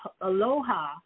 aloha